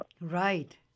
Right